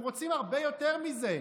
הם רוצים הרבה יותר מזה.